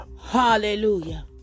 Hallelujah